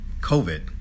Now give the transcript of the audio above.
COVID